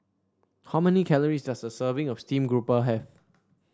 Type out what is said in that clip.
how many calories does a serving of Steamed Garoupa have